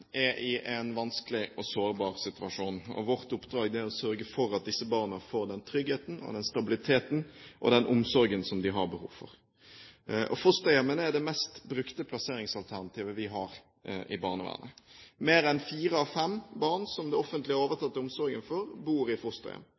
i en vanskelig og sårbar situasjon. Vårt oppdrag er å sørge for at disse barna får den tryggheten, den stabiliteten og den omsorgen som de har behov for. Fosterhjemmene er det mest brukte plasseringsalternativet vi har i barnevernet. Mer enn fire av fem barn som det offentlige har overtatt omsorgen for, bor i fosterhjem.